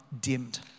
dimmed